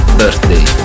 birthday